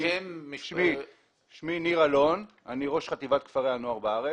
שמי ניר אלון, אני ראש חטיבת כפרי הנוער בארץ.